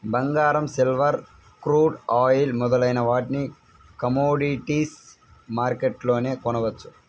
బంగారం, silver, crude oil మొదలైన వాటిని కమోడిటీస్ మార్కెట్లోనే కొనవచ్చు